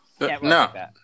No